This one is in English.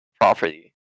property